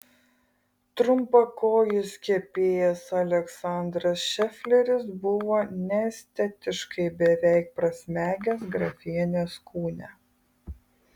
trumpakojis kepėjas aleksandras šefleris buvo neestetiškai beveik prasmegęs grefienės kūne